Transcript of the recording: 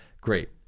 great